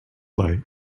light